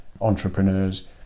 entrepreneurs